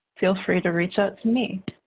feel free to reach out to me.